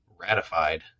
ratified